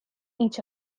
each